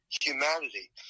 humanity